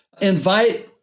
invite